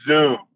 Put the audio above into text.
Zoom